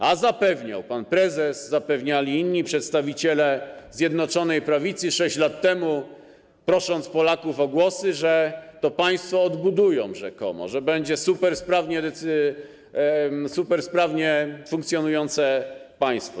A zapewniał pan prezes, zapewniali inni przedstawiciele Zjednoczonej Prawicy 6 lat temu, prosząc Polaków o głosy, że to państwo odbudują - rzekomo - że będzie to supersprawnie funkcjonujące państwo.